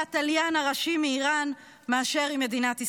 התליין הראשי מאיראן מאשר כלפי מדינת ישראל.